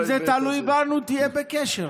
אם זה תלוי בנו, תהיה בקשר.